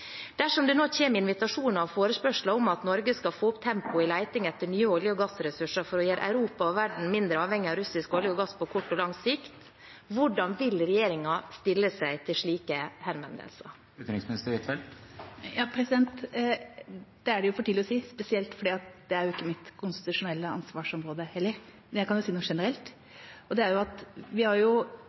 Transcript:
Dersom det nå kommer invitasjoner og forespørsler om at Norge skal få opp tempoet i leting etter nye olje- og gassressurser for å gjøre Europa og verden mindre avhengig av russisk olje og gass på kort og lang sikt, hvordan vil regjeringen stille seg til slike henvendelser? Det er for tidlig å si. Det er heller ikke mitt konstitusjonelle ansvarsområde, men jeg kan si noe generelt. Vi har lenge snakket med ulike europeiske land om norsk energipolitikk. Jeg var selv i EU for en tid tilbake, og det